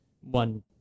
one